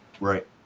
Right